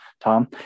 Tom